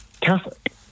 Catholic